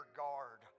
guard